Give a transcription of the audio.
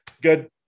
Good